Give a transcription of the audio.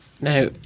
Now